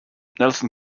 nelson